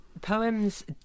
poems